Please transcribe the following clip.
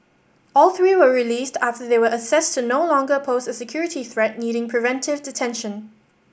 all three were released after they were assessed to no longer pose a security threat needing preventive detention